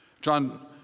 John